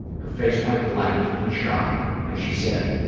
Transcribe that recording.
her face went blank, in shock, and she said,